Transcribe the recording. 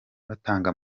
batanga